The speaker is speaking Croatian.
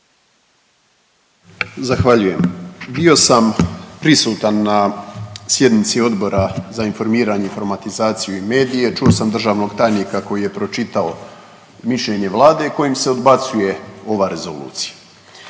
Zahvaljujem. Bio sam prisutan na sjednici Odbora za informiranje, informatizaciju i medije, čuo sam državnog tajnika koji je pročitao mišljenje Vlade kojim se odbacuje ova rezolucija